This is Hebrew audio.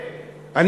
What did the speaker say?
תדייק.